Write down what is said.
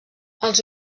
els